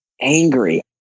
angry